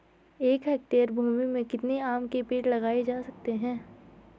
एक हेक्टेयर भूमि में कितने आम के पेड़ लगाए जा सकते हैं?